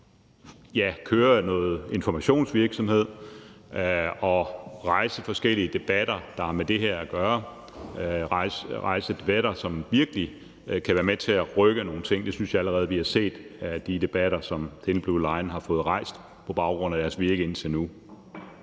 køre noget informationsvirksomhed og rejse forskellige debatter, der har med det her at gøre; rejse debatter, som virkelig kan være med til at rykke nogle ting. Det synes jeg allerede vi har set af de debatter, som Thin Blue Line har fået rejst på baggrund af deres virke indtil nu.